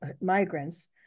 migrants